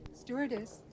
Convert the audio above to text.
Stewardess